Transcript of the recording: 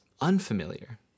unfamiliar